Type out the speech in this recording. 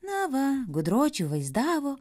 na va gudročių vaizdavo